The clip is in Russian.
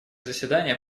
заседание